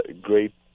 great